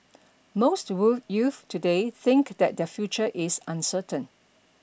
most youths today think that their future is uncertain